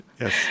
Yes